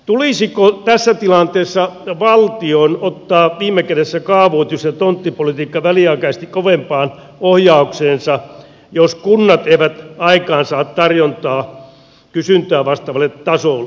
tulisiko tässä tilanteessa valtion ottaa viime kädessä kaavoitus ja tonttipolitiikka väliaikaisesti kovempaan ohjaukseensa jos kunnat eivät aikaansaa tarjontaa kysyntää vastaavalle tasolle